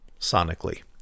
sonically